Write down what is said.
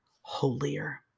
holier